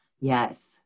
Yes